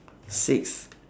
six